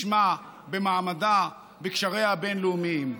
בשמה, במעמדה, בקשריה הבין-לאומיים.